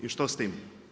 I što s tim?